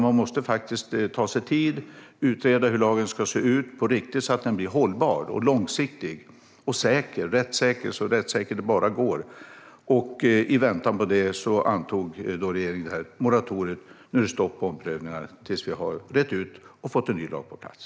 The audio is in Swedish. Man måste ta sig tid att utreda hur lagen ska se ut på riktigt så att den blir hållbar, långsiktig och så rättssäker det bara går. I väntan på det antog regeringen moratoriet, så nu är det stopp på omprövningar tills vi har rett ut detta och fått en ny lag på plats.